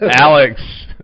Alex